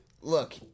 look